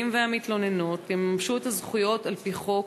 והמתלוננות יממשו את הזכויות על-פי חוק,